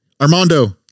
Armando